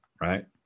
right